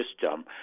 system